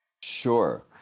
Sure